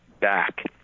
back